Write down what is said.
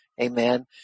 Amen